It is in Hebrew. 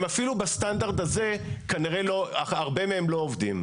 הם אפילו בסטנדרט הזה כנראה הרבה מהם לא עומדים.